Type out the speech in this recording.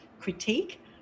critique